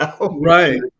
Right